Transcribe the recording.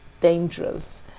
dangerous